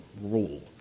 rule